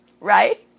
right